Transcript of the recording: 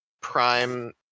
Prime